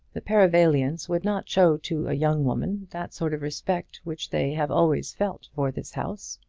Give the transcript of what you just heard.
the perivalians would not show to a young woman that sort of respect which they have always felt for this house.